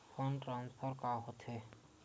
Fund transfer का होथे?